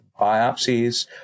biopsies